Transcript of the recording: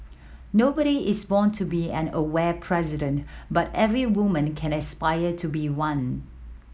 nobody is born to be an aware president but every woman can aspire to be one